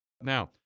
Now